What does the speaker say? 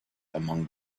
among